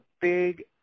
big